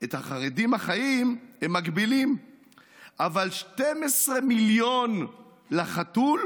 / את החרדים החיים הם מגבילים / אבל 12 מיליון לחתול,